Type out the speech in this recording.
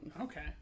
Okay